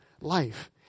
life